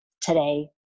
today